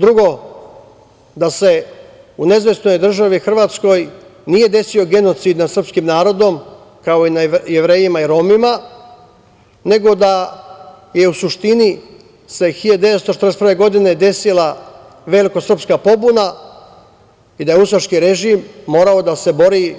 Drugo, da se u nezavisnoj državi Hrvatskoj nije desio genocid nad srpskim narodom, kao i nad Jevrejima i Romima, nego da je u suštini 1941. godine desila velika srpska pobuna i da je ustaški režim morao da se bori